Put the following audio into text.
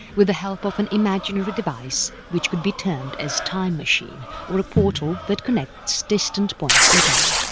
with the help of an imaginary device which could be termed as time machine or a portal that connects distant points in time.